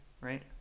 right